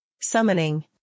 Summoning